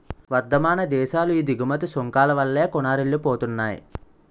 వర్థమాన దేశాలు ఈ దిగుమతి సుంకాల వల్లే కూనారిల్లిపోతున్నాయి